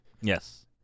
yes